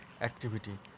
activity